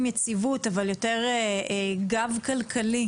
גב כלכלי,